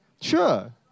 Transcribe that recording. Sure